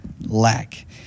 lack